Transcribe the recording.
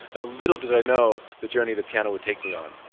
ah little did i know the journey the piano would take me on.